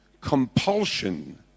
compulsion